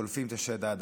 שולפים את השד העדתי.